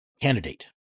candidate